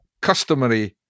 customary